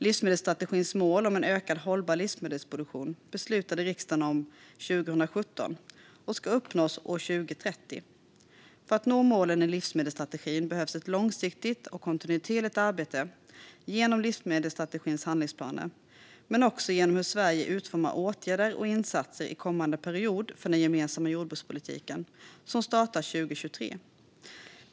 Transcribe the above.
Livsmedelsstrategins mål om en ökad och hållbar livsmedelsproduktion beslutade riksdagen om 2017, och detta ska uppnås år 2030. För att nå målen i livsmedelsstrategin behövs ett långsiktigt och kontinuerligt arbete genom livsmedelsstrategins handlingsplaner men också genom hur Sverige utformar åtgärder och insatser i kommande period för den gemensamma jordbrukspolitiken, som startar 2023.